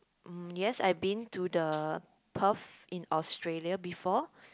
mm yes I've been to the Perth in Australia before